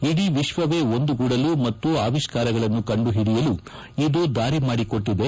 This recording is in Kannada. ಇಡೀ ವಿಶ್ವವೇ ಒಂದು ಗೂಡಲು ಮತ್ತು ಅವಿಷ್ಠಾರಗಳನ್ನು ಕಂಡು ಓಡಿಯಲು ಇದು ದಾರಿ ಮಾಡಿಕೊಟ್ಟದೆ